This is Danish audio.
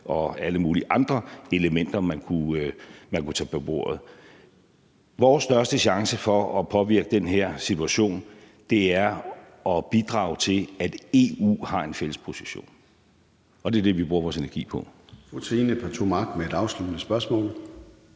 og alle mulige andre elementer, man kunne lægge på bordet. Vores største chance for at påvirke den her situation er at bidrage til, at EU har en fælles position, og det er det, vi bruger vores energi på.